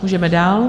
Můžeme dál.